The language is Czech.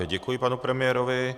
Děkuji panu premiérovi.